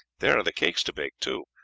there are the cakes to bake too,